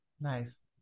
nice